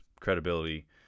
credibility